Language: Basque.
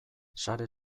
sare